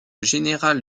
général